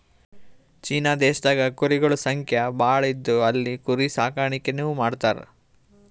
China ದೇಶದಾಗ್ ಕುರಿಗೊಳ್ ಸಂಖ್ಯಾ ಭಾಳ್ ಇದ್ದು ಅಲ್ಲಿ ಕುರಿ ಸಾಕಾಣಿಕೆನೂ ಮಾಡ್ತರ್